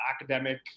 academic